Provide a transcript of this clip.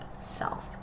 self